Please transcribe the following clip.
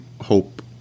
hope